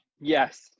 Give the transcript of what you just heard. Yes